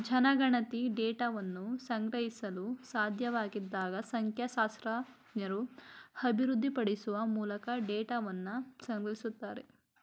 ಜನಗಣತಿ ಡೇಟಾವನ್ನ ಸಂಗ್ರಹಿಸಲು ಸಾಧ್ಯವಾಗದಿದ್ದಾಗ ಸಂಖ್ಯಾಶಾಸ್ತ್ರಜ್ಞರು ಅಭಿವೃದ್ಧಿಪಡಿಸುವ ಮೂಲಕ ಡೇಟಾವನ್ನ ಸಂಗ್ರಹಿಸುತ್ತಾರೆ